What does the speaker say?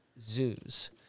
zoos